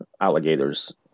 alligators